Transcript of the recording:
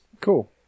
Cool